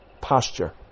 posture